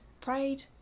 prayed